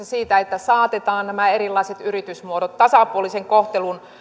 siitä että saatetaan nämä erilaiset yritysmuodot tasapuolisen kohtelun kohteeksi